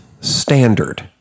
standard